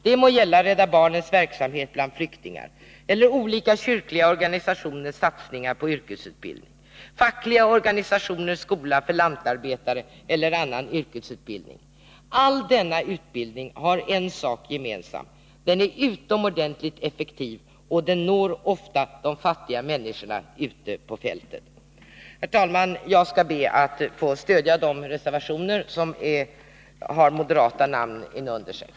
Det må gälla Rädda barnens verksamhet bland flyktingar eller kyrkliga organisationers satsningar på yrkesutbildning, fackliga organisationers skola för lantarbetare eller annan yrkesutbildning. All denna utbildning har en sak gemensam; den är utomordentligt effektiv och når ofta de fattiga människorna ute på fältet. Herr talman! Jag ber att få stödja de reservationer som är undertecknade av ledamöter från moderata samlingspartiet.